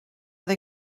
they